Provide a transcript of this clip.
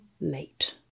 late